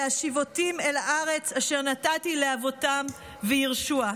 וַהֲשִׁבֹתִים אל הארץ אשר נתתי לאבותם וִירֵשׁוּהָ".